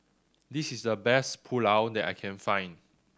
this is the best Pulao that I can find